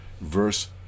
verse